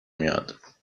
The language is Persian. میاد